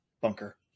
Bunker